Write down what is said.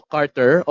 Carter